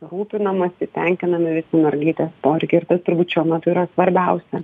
rūpinamasi tenkinami visi mergaitės poreikiai ir tas turbūt šiuo metu yra svarbiausia